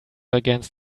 against